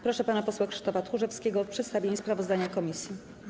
Proszę pana posła Krzysztofa Tchórzewskiego o przedstawienie sprawozdania komisji.